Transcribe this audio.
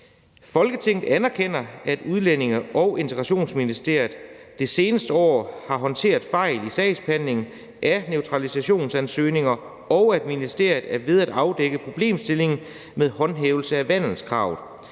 Folketinget anerkender, at Udlændinge- og Integrationsministeriet det seneste år har håndteret fejl i sagsbehandlingen af naturalisationsansøgningerne, og at ministeriet er ved at afdække problemstillingen med håndhævelse af vandelskravet.